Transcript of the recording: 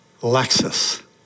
Lexus